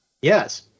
Yes